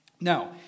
Now